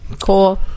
Cool